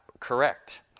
Correct